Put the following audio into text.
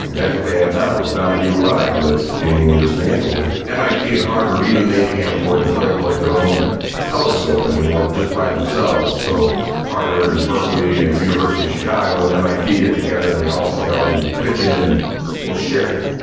i mean that's what they have now, down at u of i, that's being dismantled. mit and harvard, even they can't afford to build like their own telescope any more just by themselves so harvard and berkeley and university of chicago and mit get together and they all say we'll pitch in and we'll share